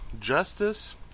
Justice